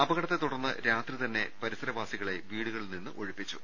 അപകടത്തെ തുടർന്ന് രാത്രി തന്നെ പരിസരവാസികളെ വീടുകളിൽനിന്ന് ഒഴിപ്പിച്ചു